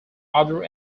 other